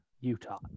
Utah